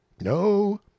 No